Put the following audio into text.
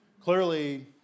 Clearly